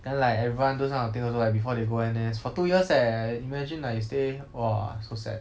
then like everyone those kind of thing also like before they go N_S for two years eh imagine like you stay !wah! so sad